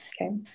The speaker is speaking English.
Okay